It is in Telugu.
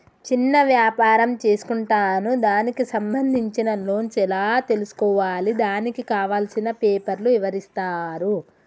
చిన్న వ్యాపారం చేసుకుంటాను దానికి సంబంధించిన లోన్స్ ఎలా తెలుసుకోవాలి దానికి కావాల్సిన పేపర్లు ఎవరిస్తారు?